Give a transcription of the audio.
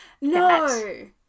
No